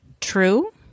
true